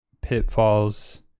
pitfalls